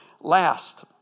Last